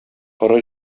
коры